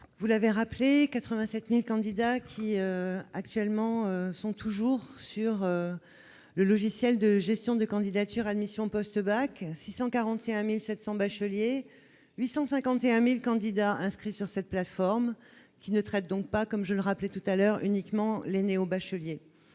vous l'avez rappelé 87000 candidats qui actuellement sont toujours sur le logiciel de gestion de candidatures Admission post-bac, 641700 bacheliers 851000 candidats inscrits sur cette plateforme qui ne traite donc pas, comme je le rappelais tout à l'heure, uniquement les néo-bachelier